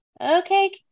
Okay